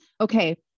okay